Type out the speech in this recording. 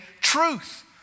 truth